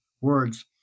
words